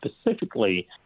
specifically